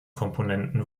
komponenten